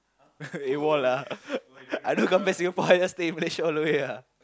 AWOL lah I don't come back Singapore I just stay in Malaysia all the way ah